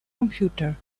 computer